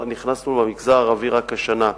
אבל למגזר הערבי נכנסנו רק השנה,